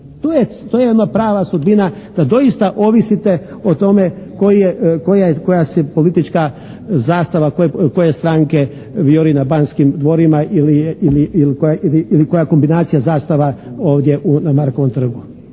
To je ona prava sudbina da doista ovisite o tome koje, koja se politička zastava, koje stranke vijori na Banskim dvorima ili koja kombinacija zastava ovdje na Markovom trgu.